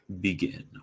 begin